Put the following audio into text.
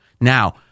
Now